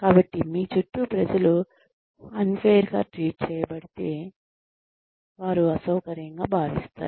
కాబట్టి మీ చుట్టూ ప్రజలు అన్ ఫెయిర్ గా ట్రీట్ చేయబడితే వారు అసౌకర్యంగా భావిస్తారు